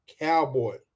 Cowboy